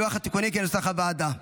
לוח התיקונים, כנוסח הוועדה.